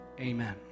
Amen